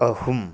ꯑꯍꯨꯝ